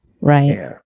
Right